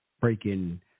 breaking